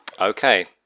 Okay